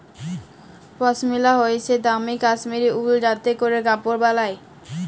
পশমিলা হইসে দামি কাশ্মীরি উল যাতে ক্যরে কাপড় বালায়